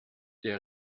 der